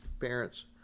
parents